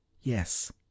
Yes